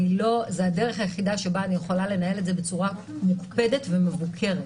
זאת הדרך היחידה שבה אני יכולה לנהל את זה בצורה מוקפדת ומבוקרת,